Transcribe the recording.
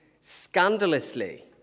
scandalously